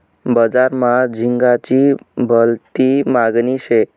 बजार मा झिंगाची भलती मागनी शे